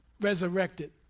resurrected